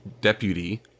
deputy